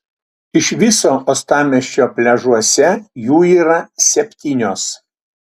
iš viso uostamiesčio pliažuose jų yra septynios